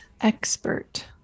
expert